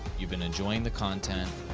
you've been enjoying the content.